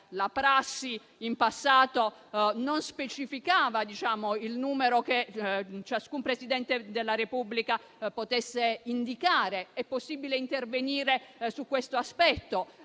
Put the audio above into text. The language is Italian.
la prassi in passato non specificava il numero che ciascun Presidente della Repubblica potesse indicare ed è possibile intervenire su questo aspetto.